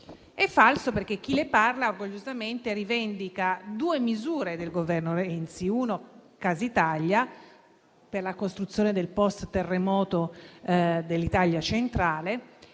È falso perché chi le parla orgogliosamente rivendica due misure del Governo Renzi: Casa Italia, per la ricostruzione del post-terremoto dell'Italia centrale,